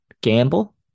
Gamble